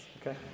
okay